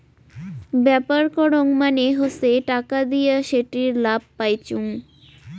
ব্যাপার করং মানে হসে টাকা দিয়া সেটির লাভ পাইচুঙ